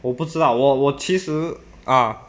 我不知道我我其实 uh